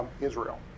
Israel